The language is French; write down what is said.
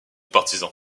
partisan